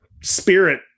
spirit